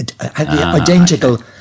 identical